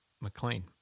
McLean